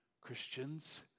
Christians